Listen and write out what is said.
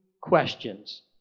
questions